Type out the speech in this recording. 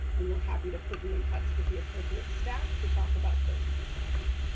and we're happy to put you in touch with the appropriate staff to talk about those programs.